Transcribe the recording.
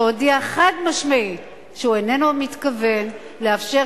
שהודיע חד-משמעית שהוא איננו מתכוון לאפשר